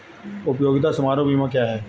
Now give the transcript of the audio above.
उपयोगिता समारोह बीमा क्या है?